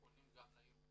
אנחנו פונים גם לארגונים